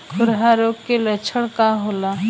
खुरहा रोग के लक्षण का होला?